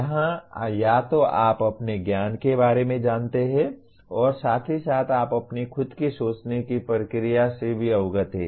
यहाँ या तो आप अपने ज्ञान के बारे में जानते हैं और साथ ही साथ आप अपनी खुद की सोचने की प्रक्रिया से भी अवगत हैं